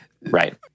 Right